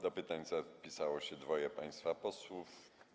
Do pytań zapisało się dwoje państwa posłów.